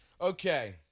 okay